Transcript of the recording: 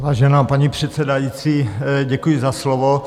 Vážená paní předsedající, děkuji za slovo.